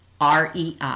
REI